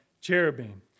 cherubim